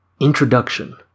Introduction